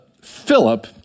Philip